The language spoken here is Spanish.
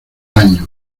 año